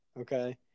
Okay